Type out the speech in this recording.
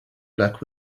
black